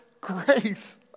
grace